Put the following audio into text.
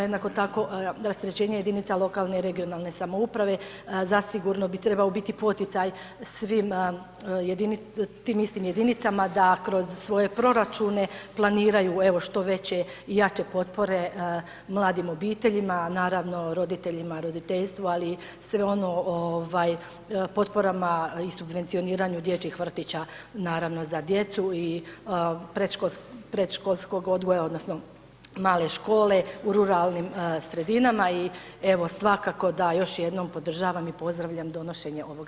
Jednako tako rasterećenje jedinica lokalne i regionalne samouprave zasigurno bi trebao biti poticaj svim tim istim jedinicama da kroz svoje proračune planiraju evo što veće i jače potpore mladim obiteljima, naravno roditeljima, roditeljstvu, ali i sve ono ovaj potporama i subvencioniranju dječjih vrtića naravno za djecu i predškolskog odgoja odnosno male škole u ruralnim sredinama i evo svakako da još jednom podržavam i pozdravljam donošenje ovoga zakona.